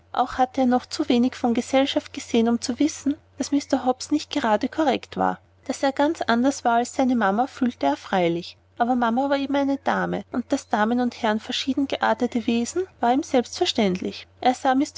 auch hatte er noch zu wenig von gesellschaft gesehen um zu wissen daß mr hobbs nicht gerade korrekt war daß er ganz anders war als seine mama fühlte er freilich aber mama war eben eine dame und daß damen und herren verschieden geartete wesen war ihm selbstverständlich er